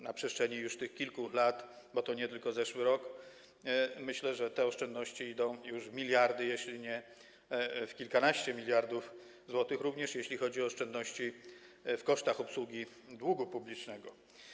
Na przestrzeni tych kilku lat, bo to nie tylko o zeszły rok chodzi, myślę, że te oszczędności idą już w miliardy złotych, może to i kilkanaście miliardów złotych, również jeśli chodzi o oszczędności w kosztach obsługi długu publicznego.